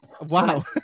Wow